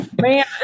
Man